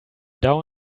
down